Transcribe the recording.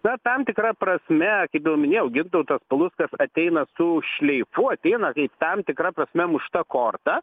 na tam tikra prasme kaip jau minėjau gintautas paluckas ateina su šleifu ateina kaip tam tikra prasme mušta korta